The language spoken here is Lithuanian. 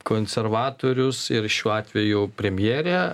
konservatorius ir šiuo atveju premjerę